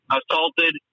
assaulted